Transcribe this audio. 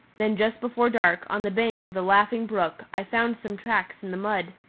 then just before dark, on the bank of the laughing brook, i found some tracks in the mud.